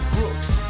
Brooks